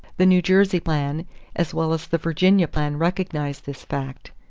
the new jersey plan as well as the virginia plan recognized this fact.